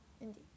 Indeed